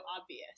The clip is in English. obvious